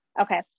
Okay